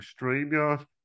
Streamyard